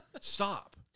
Stop